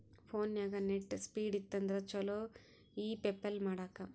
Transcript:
ಫೋನ್ಯಾಗ net speed ಇತ್ತಂದ್ರ ಚುಲೊ ಇ ಪೆಪಲ್ ಮಾಡಾಕ